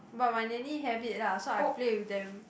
but my nanny have it lah so I play with them